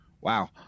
Wow